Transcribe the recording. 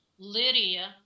Lydia